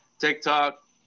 TikTok